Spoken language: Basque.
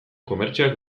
komertzioak